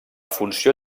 funció